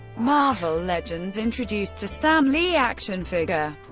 marvel legends introduced a stan lee action figure.